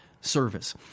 service